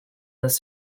this